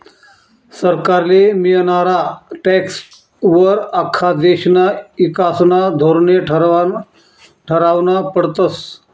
सरकारले मियनारा टॅक्सं वर आख्खा देशना ईकासना धोरने ठरावना पडतस